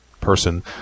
person